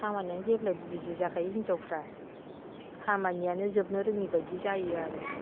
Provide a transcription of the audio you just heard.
खामानियानो जेब्लाबो बिजि जाखायो हिनजावफ्रा खामानियानो जोबनो रोङि बायदि जायो आरो